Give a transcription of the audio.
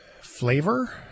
flavor